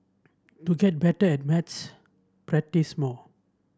to get better at maths practise more